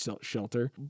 shelter